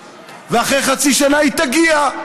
ואחרי חצי שנה היא תגיע,